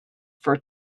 for